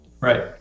right